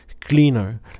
cleaner